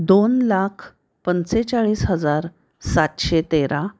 दोन लाख पंचेचाळीस हजार सातशे तेरा